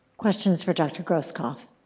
questions for dr. groskopf?